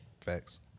Facts